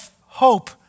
hope